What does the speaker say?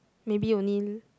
maybe only